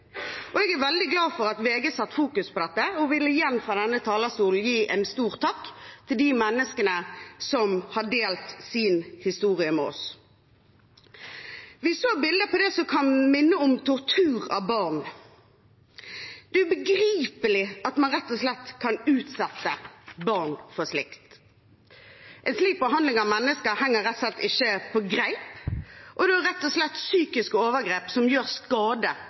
legning. Jeg er veldig glad for at VG har fokusert på dette, og jeg vil igjen fra denne talerstolen gi en stor takk til de menneskene som har delt sin historie med oss. Vi har sett bilder av det som kan minne om tortur av barn. Det er ubegripelig at man kan utsette barn for slikt. En slik behandling av mennesker henger rett og slett ikke på greip, det er rett og slett psykiske overgrep som gjør skade